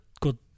good